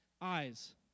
eyes